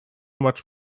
much